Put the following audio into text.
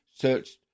searched